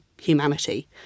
humanity